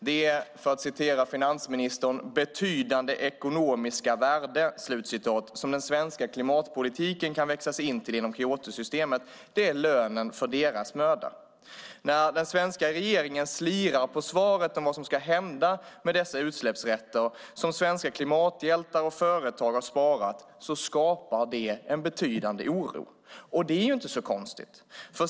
Det är, för att citera finansministern, "betydande ekonomiska värden" som den svenska klimatpolitiken kan nå upp till genom Kyotosystemet. Det är lönen för deras möda. När den svenska regeringen slirar på svaret om vad som ska hända med dessa utsläppsrätter, som svenska klimathjältar och företagare har sparat, skapar det en betydande oro. Det är inte så konstigt.